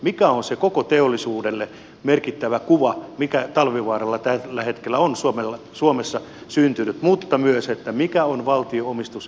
mikä on se koko teollisuudelle merkittävä kuva mikä talvivaaralla tällä hetkellä on suomessa mutta myös että mikä on valtion omistusohjauksen tausta